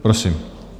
Prosím.